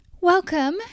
Welcome